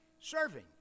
Serving